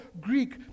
Greek